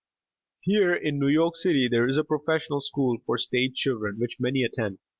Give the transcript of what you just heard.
here in new york city there is a professional school for stage children, which many attend.